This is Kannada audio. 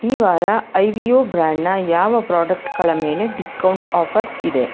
ಈ ವಾರ ಐ ವಿ ಒ ಬ್ರ್ಯಾಂಡ್ನ ಯಾವ ಪ್ರಾಡಕ್ಟ್ಗಳ ಮೇಲೆ ಡಿಸ್ಕೌಂಟ್ ಆಫರ್ಸ್ ಇದೆ